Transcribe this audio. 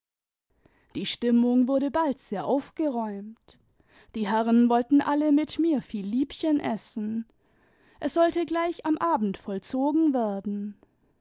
die stinmiung wurde bald sehr aufgeräumt die herren wollten alle mit mir vielliebchen essen es sollte gleich am abend vollzogen werden